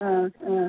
ആ ആ